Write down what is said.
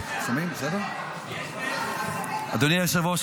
--- אדוני היושב-ראש,